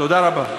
תודה רבה.